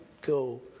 go